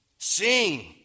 Sing